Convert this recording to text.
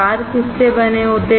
तार किससे बने होते हैं